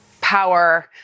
power